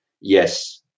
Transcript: yes